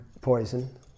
poison